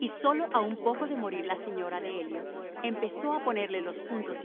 y sólo a poco de morir la señora de elliot empezó a ponerle los puntos